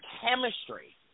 chemistry